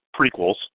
prequels